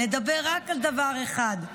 נדבר רק על דבר אחד,